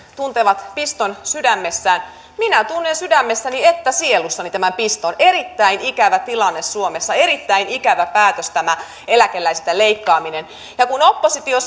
tuntevat piston sydämessään minä tunnen sekä sydämessäni että sielussani tämän piston erittäin ikävä tilanne suomessa erittäin ikävä päätös tämä eläkeläisiltä leikkaaminen ja kun oppositio